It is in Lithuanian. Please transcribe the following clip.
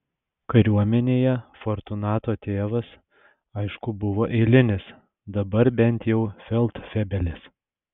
kariuomenėje fortunato tėvas aišku buvo eilinis dabar bent jau feldfebelis